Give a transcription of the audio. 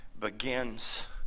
begins